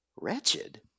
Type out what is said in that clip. Wretched